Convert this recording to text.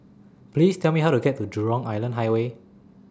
Please Tell Me How to get to Jurong Island Highway